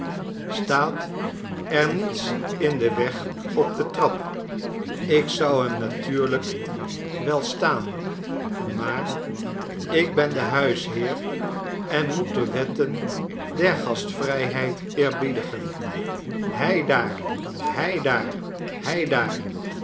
staat er niets in den weg op de trap ik zou hem natuurlijk wel staan maar ik ben de huisheer en moet de wetten der gastvrijheid eerbiedigen heidaarl heidaar heidaar